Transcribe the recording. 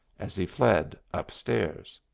as he fled up-stairs.